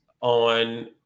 on